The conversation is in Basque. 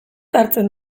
hartzen